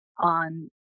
on